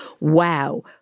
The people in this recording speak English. wow